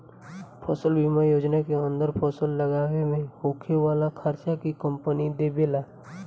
फसल बीमा योजना के अंदर फसल लागावे में होखे वाला खार्चा के कंपनी देबेला